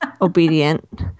obedient